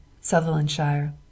Sutherlandshire